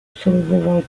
absolvoval